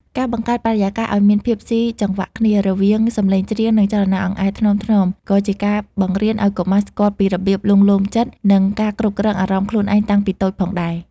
ការបង្កើតបរិយាកាសឱ្យមានភាពស៊ីចង្វាក់គ្នា រវាងសំឡេងច្រៀង និងចលនាអង្អែលថ្នមៗ ក៏ជាការបង្រៀនឱ្យកុមារស្គាល់ពីរបៀបលួងលោមចិត្ត និងការគ្រប់គ្រងអារម្មណ៍ខ្លួនឯងតាំងពីតូចផងដែរ។